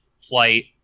flight